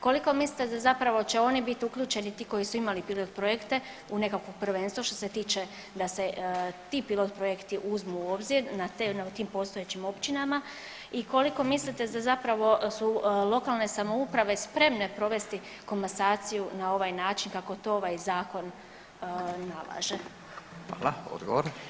Koliko mislite da će oni biti uključeni ti koji su imali pilot projekte u nekakvo prvenstvo što se tiče da se ti pilot projekti uzmu u obzir na tim postojećim općinama i koliko mislite da zapravo su lokalne samouprave spremne provesti komasaciju na ovaj način kako to ovaj zakon nalaže?